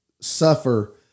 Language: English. suffer